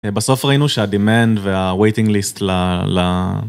בסוף ראינו שה-demand וה-waiting list ל...